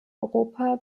europa